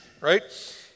right